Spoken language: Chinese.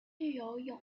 具有